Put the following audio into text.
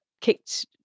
kicked